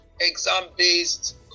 exam-based